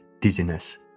dizziness